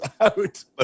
out